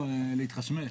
לא, להתחשמל.